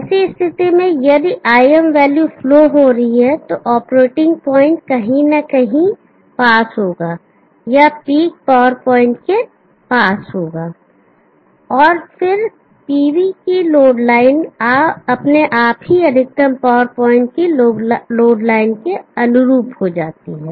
ऐसी स्थिति में यदि Im वैल्यू फ्लो हो रही है तो ऑपरेटिंग पॉइंट कहीं न कहीं पास होगा या पीक पावर पॉइंट के पास होगा और फिर PV की लोड लाइन अपने आप ही अधिकतम पावर पॉइंट की लोड लाइन के अनुरूप हो जाती है